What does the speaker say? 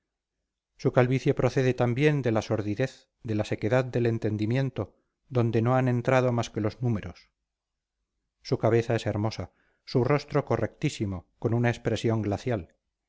su calvicie procede también de la sordidez de la sequedad del entendimiento donde no han entrado más que los números su cabeza es hermosa su rostro correctísimo con una expresión glacial